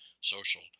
social